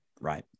right